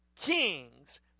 kings